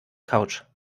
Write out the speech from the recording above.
couch